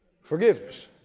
Forgiveness